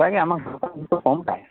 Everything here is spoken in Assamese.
হয় আমাৰ কম পায়